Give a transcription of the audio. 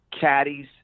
caddies